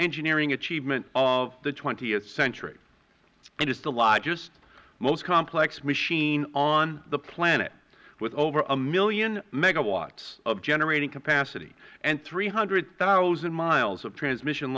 engineering achievement of the twentieth century it is the largest most complex machine on the planet with over a million megawatts of generating capacity and three hundred thousand miles of transmission